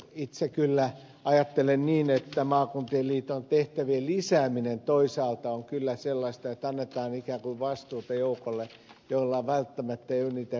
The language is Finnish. itse kyllä ajattelen niin että maakuntien liiton tehtävien lisääminen toisaalta on sellaista että annetaan ikään kuin vastuuta joukolle jolla välttämättä ei ole niitä resursseja